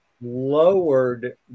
lowered